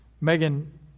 Megan